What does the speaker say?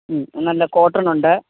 മ്മ് നല്ല കൊട്ടണ് ഉണ്ട്